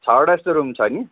छवटा जस्तो रुम छ नि